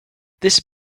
this